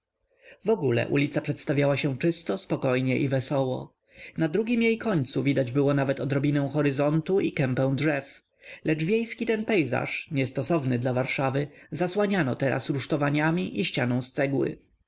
liście wogóle ulica przedstawiała się czysto spokojnie i wesoło na drugim jej końcu widać nawet było odrobinę horyzontu i kępę drzew lecz wiejski ten pejzaż niestosowny dla warszawy zasłaniano teraz rusztowaniami i ścianą z cegły